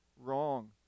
wrong